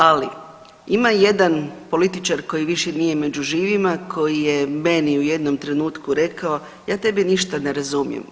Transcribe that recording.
Ali ima jedan političar koji nije više među živima, koji je meni u jednom trenutku rekao ja tebe ništa ne razumijem.